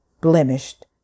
blemished